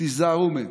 תיזהרו מהם.